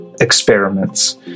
experiments